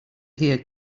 hear